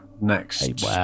next